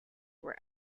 were